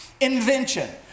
invention